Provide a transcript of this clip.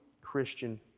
Christian